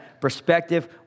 perspective